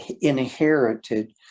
inherited